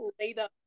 Later